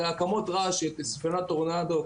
הקמת רעש של ספינות טורנדו